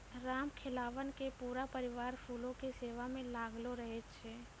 रामखेलावन के पूरा परिवार फूलो के सेवा म लागलो रहै छै